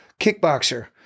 kickboxer